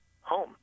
home